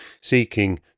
seeking